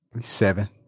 Seven